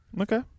Okay